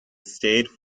stayed